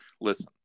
Listen